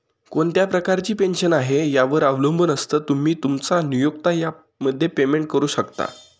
कोणत्या प्रकारची पेन्शन आहे, यावर अवलंबून असतं, तुम्ही, तुमचा नियोक्ता यामध्ये पेमेंट करू शकता